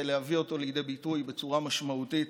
ולהביא אותו לידי ביטוי בצורה משמעותית.